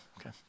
okay